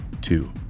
Two